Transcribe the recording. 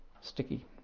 sticky